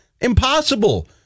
Impossible